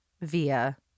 via